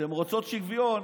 שהן רוצות שוויון